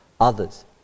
Others